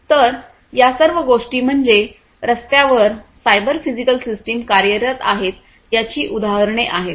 तर या सर्व गोष्टी म्हणजे रस्त्यावर सायबर फिजिकल सिस्टीम कार्यरत आहेत याची उदाहरणे आहेत